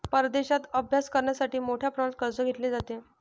परदेशात अभ्यास करण्यासाठी मोठ्या प्रमाणात कर्ज घेतले जाते